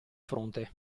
fronte